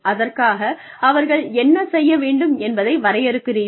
அதற்காக அவர்கள் என்ன செய்ய வேண்டும் என்பதை வரையறுக்கிறீர்கள்